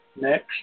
Next